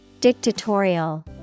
Dictatorial